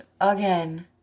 again